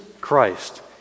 Christ